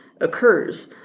occurs